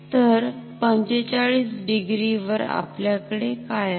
तर 45 डिग्री वर आपल्याकडे काय आहे